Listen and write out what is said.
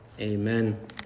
amen